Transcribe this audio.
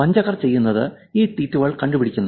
വഞ്ചകർ ചെയ്യുന്നത് ഈ ട്വീറ്റുകൾ കണ്ടുപിടിക്കുന്നു